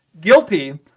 guilty